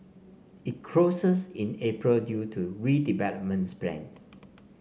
it closes in April due to redevelopments plans